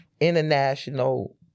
international